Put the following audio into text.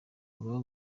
baba